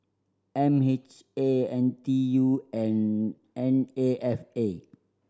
M H A N T U and N A F A